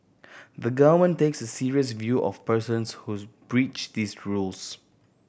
the Government takes a serious view of persons whose breach these rules